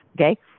okay